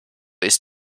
ist